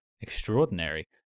extraordinary